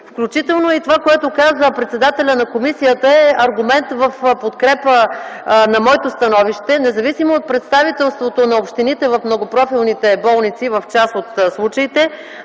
Включително и това, което каза председателят на комисията, е аргумент в подкрепа на моето становище, независимо от представителството на общините в многопрофилните болници. В част от случаите